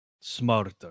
smarter